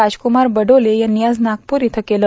राजकूमार बडोले यांनी आज नागपूर इयं केलं